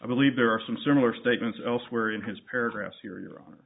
i believe there are some similar statements elsewhere in his paragraph here you